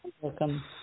Welcome